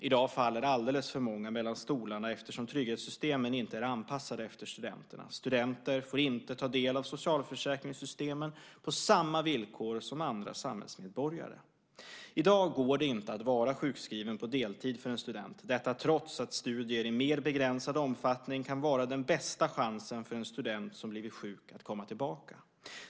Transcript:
I dag faller alldeles för många mellan stolarna eftersom trygghetssystemen inte är anpassade efter studenterna. Studenter får inte ta del av socialförsäkringssystemen på samma villkor som andra samhällsmedborgare. I dag går det inte att vara sjukskriven på deltid för en student, detta trots att studier i mer begränsad omfattning kan vara den bästa chansen för en student som blivit sjuk att komma tillbaka.